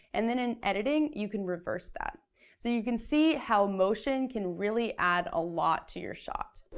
and then in editing, you can reverse that. so you can see how motion can really add a lot to your shot.